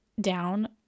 down